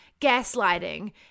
Gaslighting